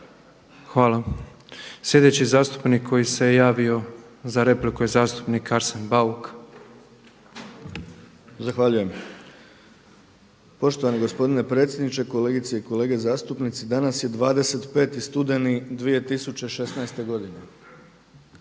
Hvala. Sljedeći zastupnik koji se javio za repliku je zastupnik Arsen Bauk. **Bauk, Arsen (SDP)** Zahvaljujem. Poštovani gospodine predsjedniče, kolegice i kolege zastupnici. Danas je 25. studeni 2016. godine,